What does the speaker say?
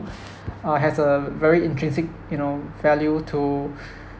uh has a very intrinsic you know value to